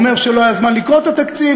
אומר שלא היה זמן לקרוא את התקציב,